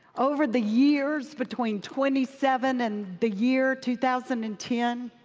over the years, between twenty seven and the year two thousand and ten,